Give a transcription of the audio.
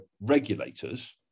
regulators